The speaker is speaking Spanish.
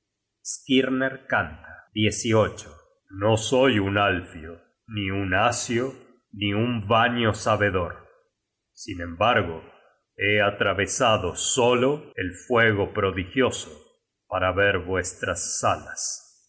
salas skirner canta no soy un alfio ni un asio ni un vanio sabedor sin embargo he atravesado solo el fuego prodigioso para ver vuestras salas